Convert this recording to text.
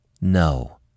No